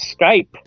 Skype